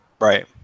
right